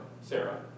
Sarah